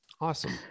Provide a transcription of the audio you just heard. Awesome